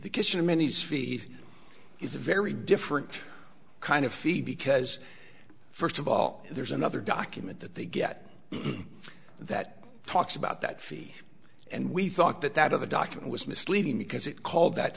the kitchen many's feet is a very different kind of fee because first of all there's another document that they get that talks about that fee and we thought that that of the document was misleading because it called that